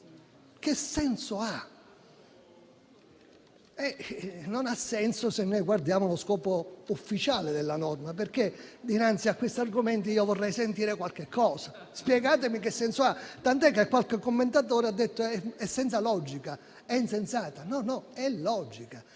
Che senso ha? Non ha senso se guardiamo lo scopo ufficiale della norma, perché dinanzi a questi argomenti io vorrei sentire qualche cosa. Tant'è che qualche commentatore ha detto che è senza logica, è insensata. Invece è logica,